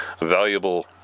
valuable